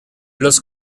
los